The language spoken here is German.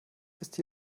ist